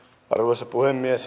arvoisa puhemies